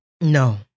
No